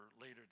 later